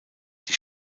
die